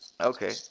Okay